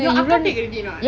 your அக்கா:akka take already not